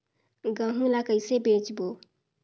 गहूं ला कइसे बेचबो?